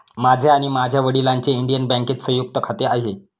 माझे आणि माझ्या वडिलांचे इंडियन बँकेत संयुक्त खाते आहे